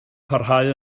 parhau